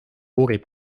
uurib